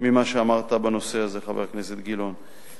ממה שאמרת בנושא הזה, חבר הכנסת גילאון.